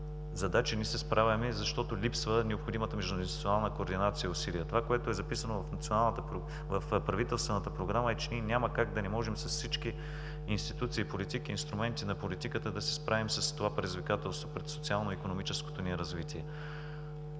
задачи не се справяме, защото липсва необходимата междуинституционална координация и усилия. Това, което е записано в правителствената програма, е, че ние няма как да не можем с всички институции, политики, инструменти на политиката да се справим с това предизвикателство пред социално икономическото ни развитие.